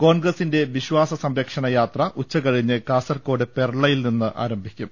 കോൺഗ്രസിന്റെ വിശ്വാസ സംരക്ഷണയാത്ര ഉച്ചകഴിഞ്ഞ് കാസർകോട് പെർളയിൽ നിന്നാരംഭിക്കും